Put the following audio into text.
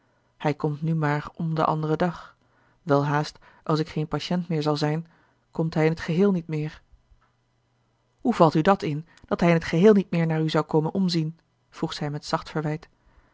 hij komt nu maar om den anderen dag welhaast als ik geen patiënt meer zal zijn komt hij in t gehee niet meer hoe valt u dat in dat hij in t geheel niet meer naar u zou komen omzien vroeg zij met zacht verwijt